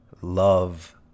love